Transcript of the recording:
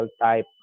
type